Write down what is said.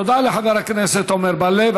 תודה לחבר הכנסת עמר בר-לב.